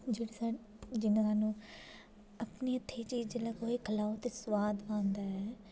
जेह्ड़ी साढ़े जि'यां सानूं अपने हत्थै ई चीज़ जेल्लै कोई खलाओ ते सोआद आंदा ऐ